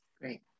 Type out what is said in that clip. Great